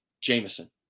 Jameson